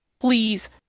Please